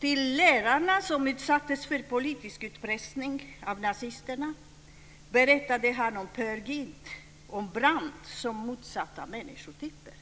För lärarna, som utsattes för politisk utpressning av nazisterna, berättade han om Peer Gynt och om Brand som motsatta människotyper: